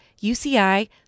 UCI